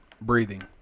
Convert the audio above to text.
Breathing